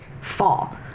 fall